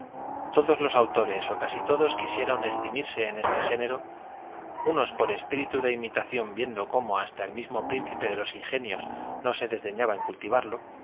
todos los autores ó casi todos quisieron esgrimirse en este género unos por espíritu de imitación viendo cómo hasta el mismo príncipe de los ingenios no se desdeñaba de cultivarlo